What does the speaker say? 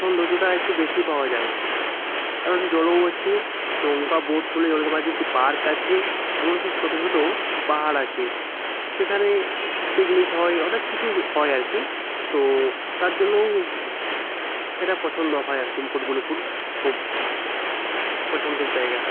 সৌন্দর্যটা একটু বেশি পাওয়া যায় কারণ জলও আছে নৌকা বোট চলে জলের মাঝে একটি পার্ক আছে এমনকি ছোট ছোট পাহাড় আছে সেখানে পিকনিক হয় অনেক কিছু হয় আর কী তো তার জন্যও এটা পছন্দ হয় আর কী মুকুটমণিপুর খুব পছন্দের জায়গা